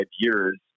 years